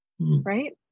right